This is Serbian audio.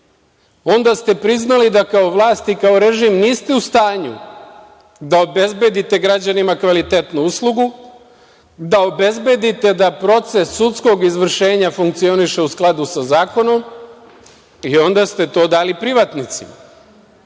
Onda ste priznali da kao vlast i kao režim niste u stanju da obezbedite građanima kvalitetnu uslugu, da obezbedite da proces sudskog izvršenja funkcioniše u skladu sa zakonom i onda ste to dali privatnicima.